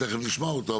תכף נשמע אותו,